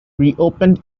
reopened